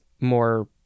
more